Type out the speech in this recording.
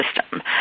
system